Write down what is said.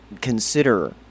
consider